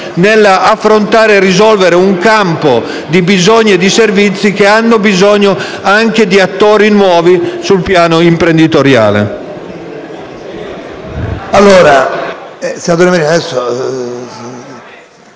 nell'affrontare e risolvere una serie di bisogni e di servizi, che hanno bisogno anche di attori nuovi sul piano imprenditoriale.